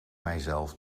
mijzelf